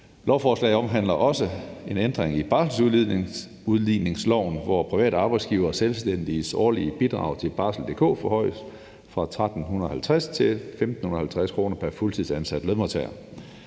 Lovforslaget omhandler også en ændring i barselsudligningsloven, hvor private arbejdsgivere og selvstændiges årlige bidrag til Barsel.dk forhøjes fra 1.350 til 1.550 kr. pr. fuldtidsansat lønmodtager.